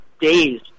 days